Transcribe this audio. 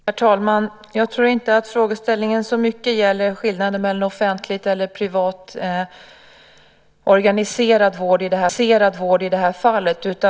Herr talman! Jag tror inte att frågeställningen så mycket gäller skillnaden mellan offentligt och privat organiserad vård i det här fallet.